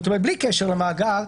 כלומר בלי קשר למאגר,